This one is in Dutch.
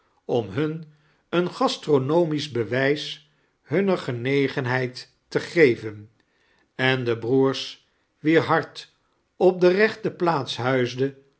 om hun een gastronomisch bewijs hunner genegenheid te geven en de broers wier hart op de rechte plaats